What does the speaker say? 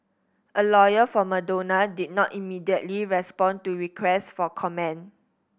a lawyer for Madonna did not immediately respond to requests for comment